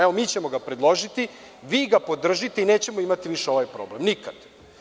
Evo, mi ćemo ga predložiti, vi ga podržite i nećemo imati više ovaj problem nikad.